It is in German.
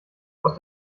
aus